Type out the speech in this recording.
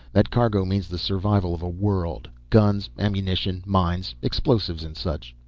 that cargo means the survival of a world. guns, ammunition, mines, explosives and such.